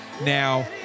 Now